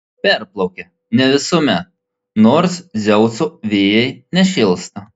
perplaukia ne visuomet nors dzeuso vėjai nešėlsta